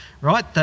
Right